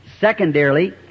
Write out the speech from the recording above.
Secondarily